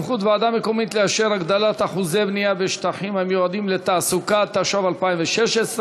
ישראל, התשע"ו 2016,